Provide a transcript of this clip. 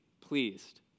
pleased